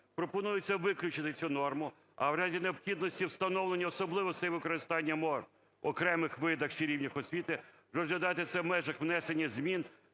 Пропонується виключити цю норму, а в разі необхідності встановлення особливостей використання мов в окремих видах чи рівнях освіти, розглядати це в межах внесення змін